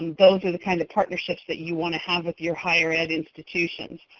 those are the kinds of partnerships that you want to have with your higher ed institutions.